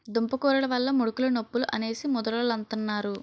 దుంపకూరలు వల్ల ముడుకులు నొప్పులు అనేసి ముదరోలంతన్నారు